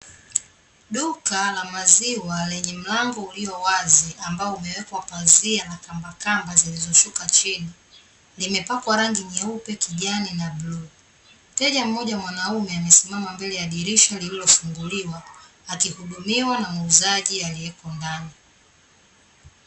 Duka la maziwa lenye mlango uliowazi, ambao umewekwa pazia la kambakamba zilizoshuka chini, limepakwa rangi nyeupe, kijani na bluu. Mteja mmoja mwanaume amesimama mbele ya dirisha lililofunguliwa, akihudumiwa na muuzaji aliyeko ndani.